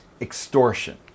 extortion